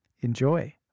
Enjoy